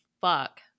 fuck